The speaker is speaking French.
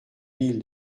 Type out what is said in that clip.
mille